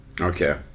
Okay